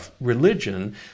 religion